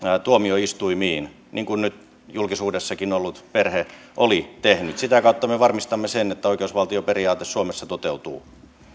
tuomioistuimiin niin kuin nyt julkisuudessakin ollut perhe oli tehnyt sitä kautta me varmistamme sen että oikeusvaltioperiaate suomessa toteutuu